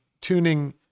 tuning